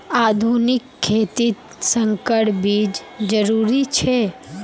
आधुनिक खेतित संकर बीज जरुरी छे